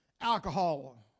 Alcohol